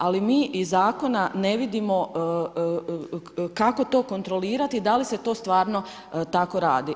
Ali mi iz Zakona ne vidimo kako to kontrolirati, da li se to stvarno tako radi.